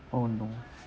oh no